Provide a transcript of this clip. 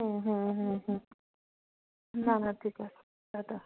হুম হুম হুম হুম না না ঠিক আছে টাটা